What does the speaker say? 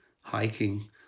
hiking